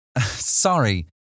Sorry